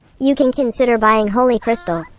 you can consider buying holy crystal.